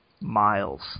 miles